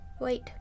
wait